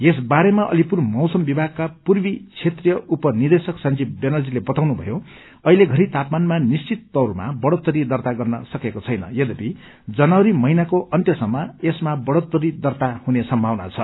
यसबारेमा अलिपूर मौसम विभागका पूर्वी क्षेत्रीय उपनिदेशक संजीव व्यानर्जीले बताउनुभयो अहिलेघरी तापमानमा निश्चित तौरमा बढ़ोत्तरी दर्ता गर्न सकेको छैन यद्यपि जनवरी महिनाको अन्त्यसम्म यसमा बढ़ोत्तरी दर्ता हुने सम्भावना छ